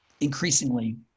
increasingly